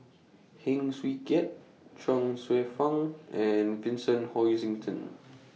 Heng Swee Keat Chuang Hsueh Fang and Vincent Hoisington